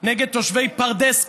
נגד תושבי פרדס כץ,